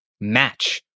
match